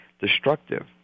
destructive